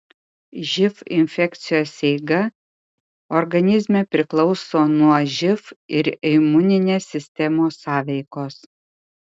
živ infekcijos eiga organizme priklauso nuo živ ir imuninės sistemos sąveikos